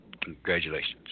Congratulations